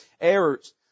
errors